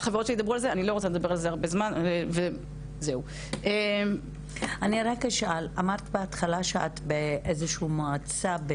אני רק אשאל, אמרת בהתחלה שאת באיזו שהיא מועצה.